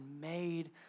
made